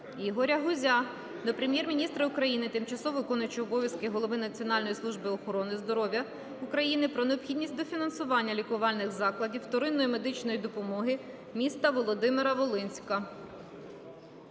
Ігоря Гузя до Прем'єр-міністра України, тимчасово виконуючої обов'язки голови Національної служби здоров'я України про необхідність дофінансування лікувальних закладів вторинної медичної допомоги міста Володимира-Волинська.